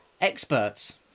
Experts